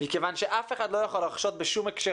מכיוון שאף אחד לא יכול לחשוד בשום הקשר